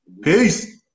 Peace